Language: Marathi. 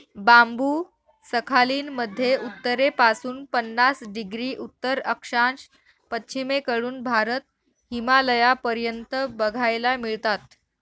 बांबु सखालीन मध्ये उत्तरेपासून पन्नास डिग्री उत्तर अक्षांश, पश्चिमेकडून भारत, हिमालयापर्यंत बघायला मिळतात